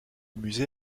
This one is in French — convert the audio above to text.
musée